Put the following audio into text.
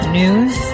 news